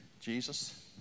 Jesus